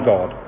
God